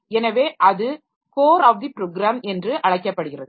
எனவே அது core of the program என்று அழைக்கப்படுகிறது